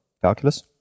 calculus